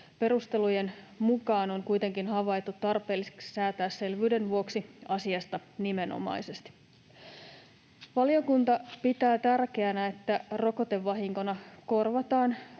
Perustelujen mukaan on kuitenkin havaittu tarpeelliseksi säätää selvyyden vuoksi asiasta nimenomaisesti. Valiokunta pitää tärkeänä, että rokotevahinkona korvataan